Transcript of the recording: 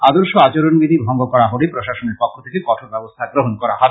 আদর্শ আচরণবিধি ভঙ্গ করা হলে প্রশাসনের পক্ষ থেকে কঠোর ব্যবস্থা গ্রহণ করা হবে